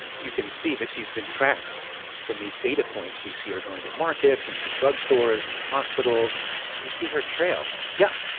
you can see that she's been tracked from these data points. we see her going to markets, into drugstores, into hospitals you see her trail yeah.